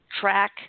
track